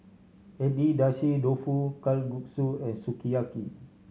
Agedashi Dofu Kalguksu and Sukiyaki